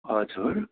हजुर